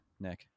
nick